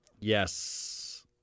Yes